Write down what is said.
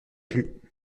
plus